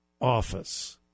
office